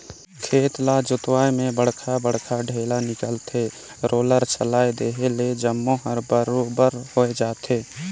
खेत ल जोतवाए में बड़खा बड़खा ढ़ेला निकलथे, रोलर चलाए देहे ले जम्मो हर बरोबर होय जाथे